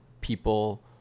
people